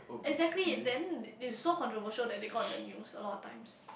exactly then it's so controversial that they got on the news a lot of times